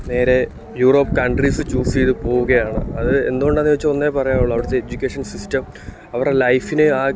നേരെ Europe countries ചൂസേയ്ത് പോവുകയാണ് അത് എന്തുകൊണ്ടാണെന്നു ചോദിച്ചാല് ഒന്നേ പറയാനുള്ളു അവിടത്തെ എഡ്യൂക്കേഷൻ സിസ്റ്റം അവരുടെ ലൈഫിനേ ആ